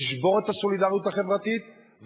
תשבור את הסולידריות החברתית,